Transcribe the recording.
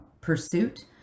pursuit